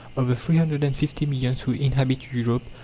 of the three hundred and fifty millions who inhabit europe,